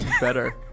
better